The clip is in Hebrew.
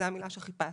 זו המילה שחיפשתי.